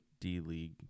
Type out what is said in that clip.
D-League